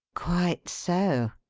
quite so.